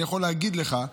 אני יכול להגיד לך,